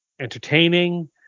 Entertaining